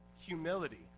humility